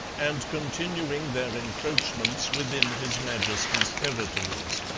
and continuing their encroachments within his majesty's territories